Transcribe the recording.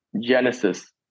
Genesis